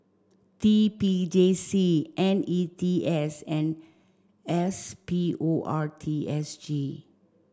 T P J C N E T S and S P O R T S G